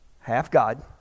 half-God